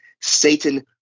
Satan